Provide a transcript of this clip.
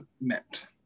meant